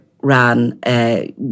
ran